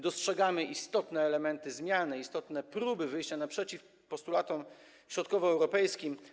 Dostrzegamy jednak istotne elementy zmiany, istotne próby wyjścia naprzeciw postulatom środkowoeuropejskim.